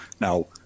Now